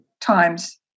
times